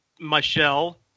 Michelle